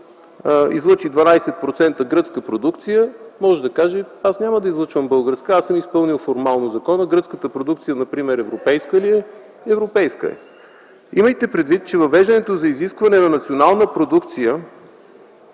излъчи 12% гръцка продукция, може да каже: „Аз няма да излъчвам българска. Изпълнил съм формално закона. Гръцката продукция европейска ли е? Европейска е.” Имайте предвид, че въвеждането на изискване за национална продукция